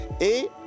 et